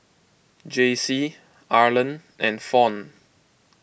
Jaycie Arland and Fawn